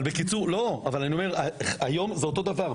אני אומר שהיום זה אותו דבר,